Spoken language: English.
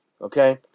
okay